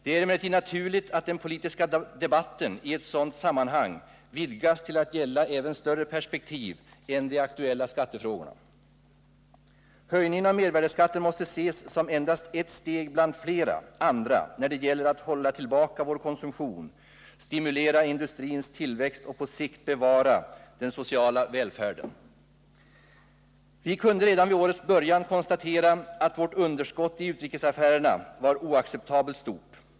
Det är emellertid naturligt att den politiska debatten i ett sådant sammanhang vidgas till att gälla även större perspektiv än de aktuella skattefrågorna. Höjningen av mervärdeskatten måste ses som endast ett steg bland flera andra när det gäller att hålla tillbaka vår konsumtion, stimulera industrins tillväxt och på sikt bevara den sociala välfärden. Vi kunde redan vid årets början konstatera att vårt underskott i utrikesaffärerna var oacceptabelt stort.